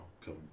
come